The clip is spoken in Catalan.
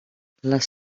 les